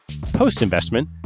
Post-investment